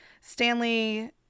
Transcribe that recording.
Stanley